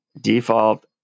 default